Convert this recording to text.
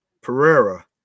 Pereira